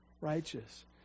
righteous